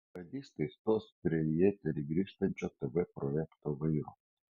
radistai stos prie į eterį grįžtančio tv projekto vairo